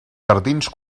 jardins